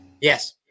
Yes